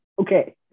Okay